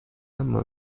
اما